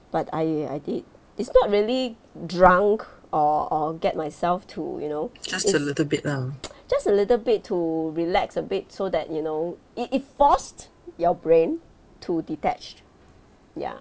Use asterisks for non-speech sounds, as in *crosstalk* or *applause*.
but I I did it's not really drunk or or get myself to you know *noise* just a little bit to relax a bit so that you know it it forced your brain to detached ya